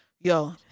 yo